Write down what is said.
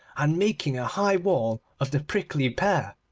and making a high wall of the prickly pear.